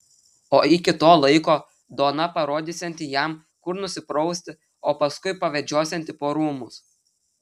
o iki to laiko dona parodysianti jam kur nusiprausti o paskui pavedžiosianti po rūmus